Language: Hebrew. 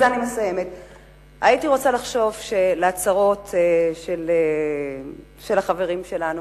הייתי רוצה לחשוב שלהצהרות של החברים שלנו,